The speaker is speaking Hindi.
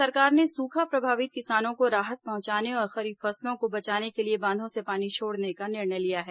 राज्य सरकार ने सूखा प्रभावित किसानों को राहत पहुंचाने और खरीफ फसलों को बचाने के लिए बांधों से पानी छोड़ने का निर्णय लिया है